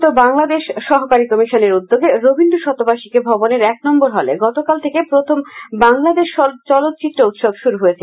চলচ্চিত্র আগরতলাস্থিত বাংলাদেশ সহকারী হাইকমিশনের উদ্যোগে রবীন্দ্র শতবার্ষিকী ভবনের এক নম্বর হলে গতকাল থেকে প্রথম বাংলাদেশ চলষ্টিত্র উৎসব শুরু হয়েছে